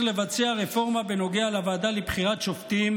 לבצע רפורמה בנוגע לוועדה לבחירת שופטים,